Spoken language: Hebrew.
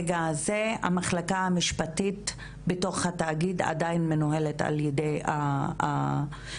המחלקה המשפטית בתוך התאגיד עדיין מנוהלת על ידי היועמ"שית,